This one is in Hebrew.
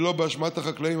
היא לא באשמת החקלאים.